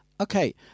okay